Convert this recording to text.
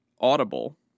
Audible